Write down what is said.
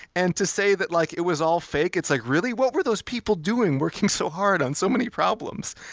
and to say that like it was all fake, it's like, really? what were those people doing working so hard on so many problems?